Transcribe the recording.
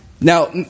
Now